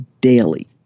daily